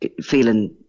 feeling